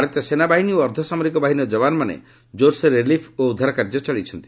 ଭାରତୀୟ ସେନା ବାହିନୀ ଓ ଅର୍ଦ୍ଧସାମରିକ ବାହିନୀର ଯବାନମାନେ ଜୋରସୋରରେ ରିଲିଫ୍ ଓ ଉଦ୍ଧାର କାର୍ଯ୍ୟ ଚଳାଇଚନ୍ତି